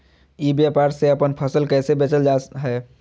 ई व्यापार से अपन फसल कैसे बेचल जा हाय?